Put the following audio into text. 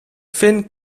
finn